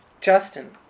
Justin